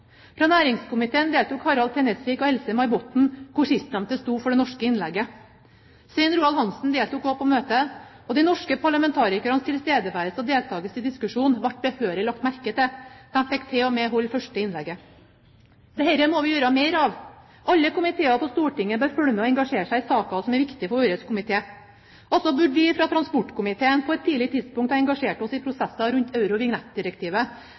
fra europeiske medlemsland. Fra næringskomiteen deltok Harald T. Nesvik og Else-May Botten, og sistnevnte sto for det norske innlegget. Svein Roald Hansen deltok også på møtet. De norske parlamentarikernes tilstedeværelse og deltakelse i diskusjonen ble behørig lagt merke til, vi fikk til og med holde det første innlegget. Dette må vi gjøre mer av. Alle på Stortinget bør følge med på og engasjere seg i saker som er viktige for deres komité. Vi burde fra transportkomiteens side på et tidlig tidspunkt ha engasjert oss i prosessene rundt